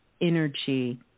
energy